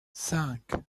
cinq